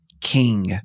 king